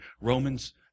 Romans